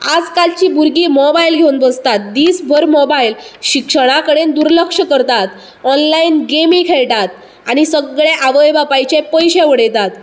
आज कालची भुरगीं मोबायल घेवन बसतात दिसभर मोबायल शिक्षणा कडेन दुर्लक्ष करतात ऑनलायन गेमी खेळटात आनी सगळे आवय बापायचे पयशे उडयतात